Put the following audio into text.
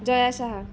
Jaya Shah